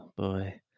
boy